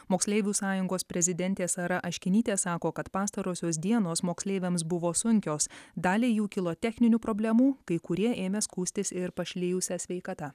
moksleivių sąjungos prezidentė sara aškinytė sako kad pastarosios dienos moksleiviams buvo sunkios daliai jų kilo techninių problemų kai kurie ėmė skųstis ir pašlijusia sveikata